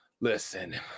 listen